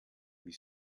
wie